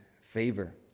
favor